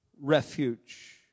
refuge